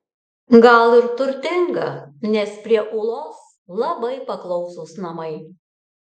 gal ir turtinga nes prie ūlos labai paklausūs namai